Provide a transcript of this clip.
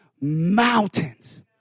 mountains